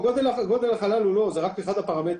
גודל החלל הוא רק אחד הפרמטרים.